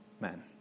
men